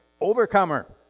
overcomer